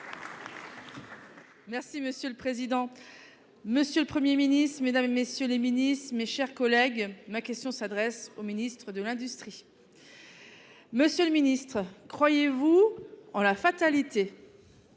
Merci, monsieur le président. Monsieur le Premier ministre, mesdames et messieurs les ministres, mes chers collègues, ma question s'adresse au ministre de l'Industrie. Monsieur le ministre, croyez-vous en la fatalité